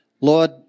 Lord